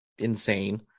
insane